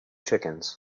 chickens